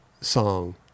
song